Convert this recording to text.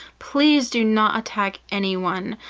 please do not attack anyone.